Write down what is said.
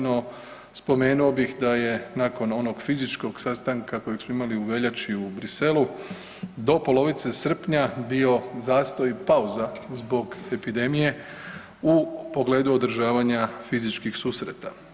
No spomenuo bih da je nakon onog fizičkog sastanka kojeg smo imali u veljači u Bruxellesu do polovice srpnja bio zastoj i pauza zbog epidemije u pogledu održavanja fizičkih susreta.